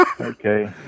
Okay